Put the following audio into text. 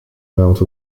mount